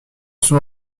sont